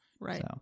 Right